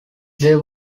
there